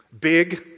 big